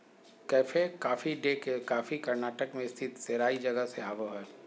cafe Coffee Day के coffee Karnataka मे स्थित सेराई जगह से आवो हय